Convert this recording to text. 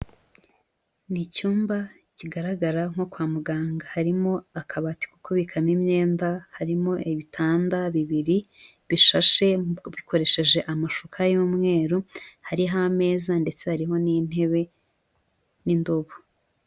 Ni icyumba kigaragara nko kwa muganga, harimo akabati ko kubikamo imyenda, harimo ibitanda bibiri bishashe bikoresheje amashuka y'umweru, hariho ameza ndetse hariho n'intebe n'indobo.